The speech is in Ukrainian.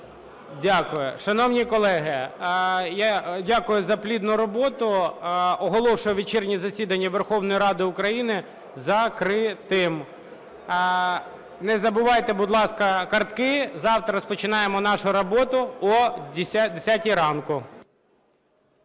Дякую. Шановні колеги, дякую за плідну роботу. Оголошую вечірнє засідання Верховної Ради України закритим. Не забувайте, будь ласка, картки. Завтра розпочинаємо нашу роботу о 10 ранку.